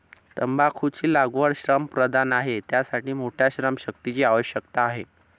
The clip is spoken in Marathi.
तंबाखूची लागवड श्रमप्रधान आहे, त्यासाठी मोठ्या श्रमशक्तीची आवश्यकता आहे